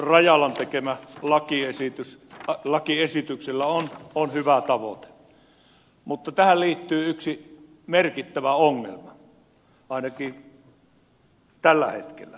rajalan tekemällä lakiesityksellä on hyvä tavoite mutta tähän liittyy yksi merkittävä ongelma ainakin tällä hetkellä